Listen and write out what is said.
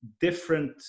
different